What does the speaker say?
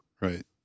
right